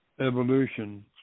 evolution